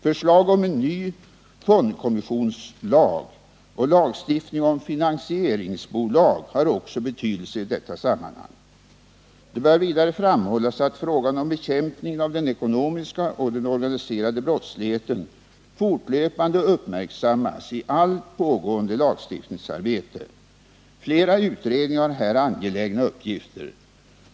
Förslag om ny fondkommissionslag samt lagstiftning om finansieringsbolag har också betydelse i detta sammanhang. Det bör vidare framhållas att frågan om bekämpningen av den ekonomiska och den organiserade brottsligheten fortlöpande uppmärksammas i allt pågående lagstiftningsarbete. Flera utredningar har här angelägna uppgifter.